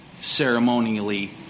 ceremonially